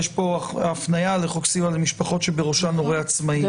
יש פה הפנייה לחוק סיוע למשפחות שבראשן הורה עצמאי --- נכון,